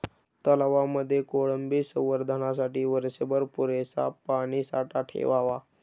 तलावांमध्ये कोळंबी संवर्धनासाठी वर्षभर पुरेसा पाणीसाठा ठेवावा